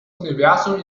universum